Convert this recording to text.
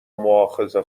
مواخذه